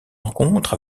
rencontre